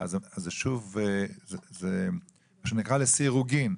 זה שוב --- מה שנקרא: לסירוגין.